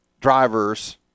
drivers